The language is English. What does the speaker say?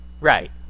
Right